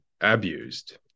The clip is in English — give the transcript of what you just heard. abused